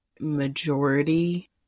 majority